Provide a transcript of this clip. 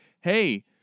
hey